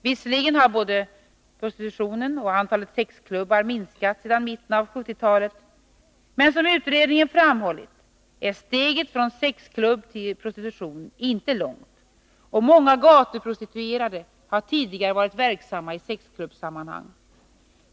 Visserligen har både prostitutionen och antalet sexklubbar minskat sedan mitten av 1970-talet, men, som utredningen framhållit, steget från sexklubb till prostitution är inte långt, och många gatuprostituerade har tidigare varit verksamma i sexklubbssammanhang.